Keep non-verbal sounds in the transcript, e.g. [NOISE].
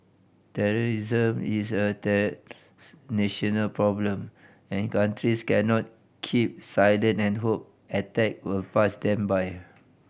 terrorism is a [UNINTELLIGIBLE] national problem and countries cannot keep silent and hope attack will pass them by